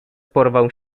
porwał